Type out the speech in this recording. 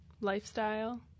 lifestyle